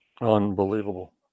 Unbelievable